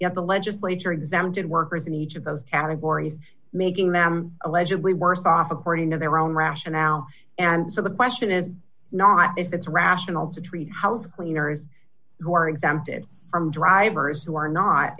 yet the legislature exempted workers in each of those out of gori making them allegedly worse off according to their own rationale and so the question is not if it's rational to treat house cleaners who are exempted from drivers who are not